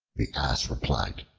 the ass replied,